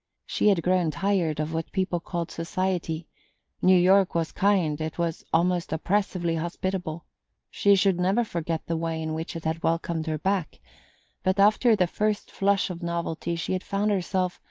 she had grown tired of what people called society new york was kind, it was almost oppressively hospitable she should never forget the way in which it had welcomed her back but after the first flush of novelty she had found herself,